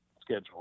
schedule